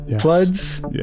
Floods